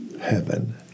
heaven